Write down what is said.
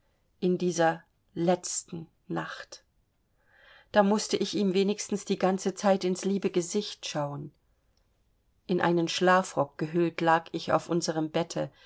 in dieser letzten nacht da mußte ich ihm wenigstens die ganze zeit ins liebe gesicht schauen in einen schlafrock gehüllt lag ich auf unserm bette